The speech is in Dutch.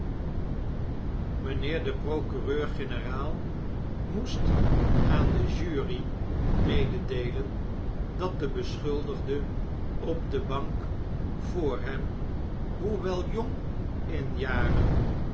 de procureur-generaal moest aan de jury mededeelen dat de beschuldigde op de bank voor hem hoewel jong in jaren